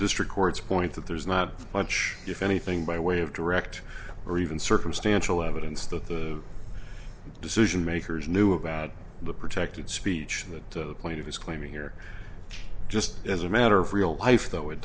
district court's point that there's not much if anything by way of direct or even circumstantial evidence that the decision makers knew about the protected speech to the point of his claiming here just as a matter of real life though it